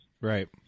Right